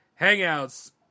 Hangouts